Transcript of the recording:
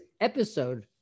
episode